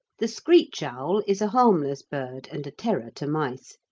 the screech owl is a harmless bird and a terror to mice,